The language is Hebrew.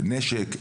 נשק,